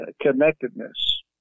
connectedness